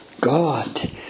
God